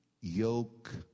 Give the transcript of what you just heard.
yoke